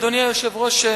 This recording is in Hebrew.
אדוני היושב-ראש,